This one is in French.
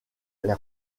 les